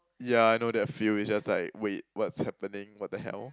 yeah I know that feel it's just like wait what's happening what the hell